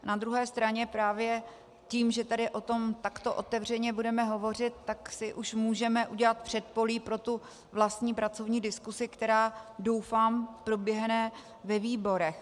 Na druhé straně právě tím, že tady o tom takto otevřeně budeme hovořit, tak si už můžeme udělat předpolí pro vlastní pracovní diskusi, která, doufám, proběhne ve výborech.